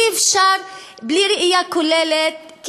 אי-אפשר בלי ראייה כוללת,